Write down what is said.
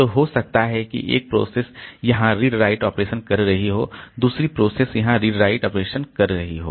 तो हो सकता है कि एक प्रोसेस यहां रीड राइट ऑपरेशन कर रही हो दूसरी प्रोसेस यहां रीड राइट ऑपरेशन कर रही हो